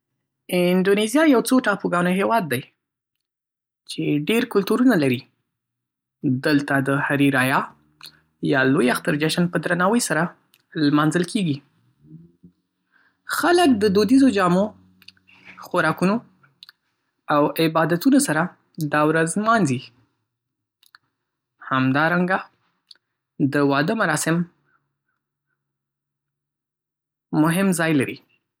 اندونیزیا یو څو ټاپوګانو هیواد دی چې ډېر کلتورونه لري. دلته د "هري رایا" یا لوی اختر جشن په درناوي سره لمانځل کېږي. خلک د دودیزو جامو، خوراکونو او عبادتونو سره دا ورځ نمانځي. همدارنګه، د واده مراسم مهم ځای لري.